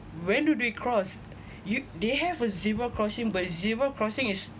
when do they cross you they have a zebra crossing but zebra crossing is